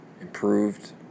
improved